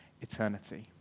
eternity